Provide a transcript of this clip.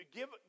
Give